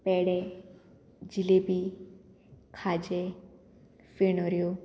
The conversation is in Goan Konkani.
पेडे जिलेबी खाजें फेणोऱ्यो